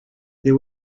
there